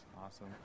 awesome